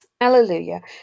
Hallelujah